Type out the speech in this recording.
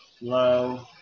low